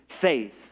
faith